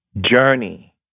journey